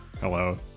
Hello